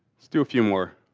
let's do a few more.